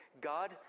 God